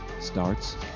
Starts